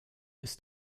ist